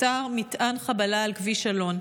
אותר מטען חבלה על כביש אלון.